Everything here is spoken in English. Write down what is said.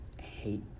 hate